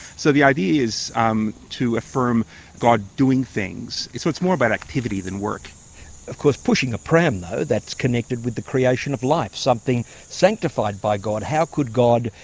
so, the idea is um to affirm god doing things. so it's more about activity than work. of course, pushing a pram, though, that's connected with the creation of life, something sanctified by god. how could god,